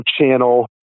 channel